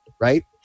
right